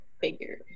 figure